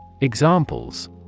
Examples